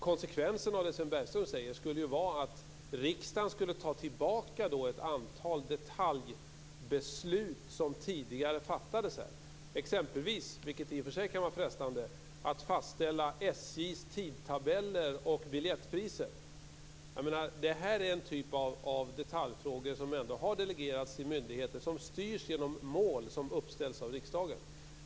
Konsekvensen av det som Sven Bergström säger om suveränitet skulle vara att riksdagen skulle ta tillbaka ett antal detaljbeslut som tidigare fattats här. Den skulle exempelvis, vilket i sig kan vara frestande, fastställa SJ:s tidtabeller och biljettpriser. Det här är en typ av detaljfrågor som har delegerats till myndigheter och som styrs genom mål som uppställts av riksdagen.